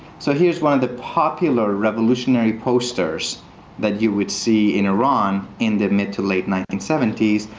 so here's one of the popular revolutionary posters that you would see in iran in the mid to late nineteen seventy s.